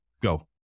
Go